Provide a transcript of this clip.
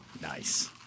Nice